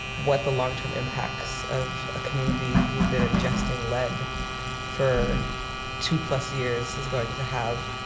what the long-term impacts of a community who have been ingesting lead for two plus years is going to have,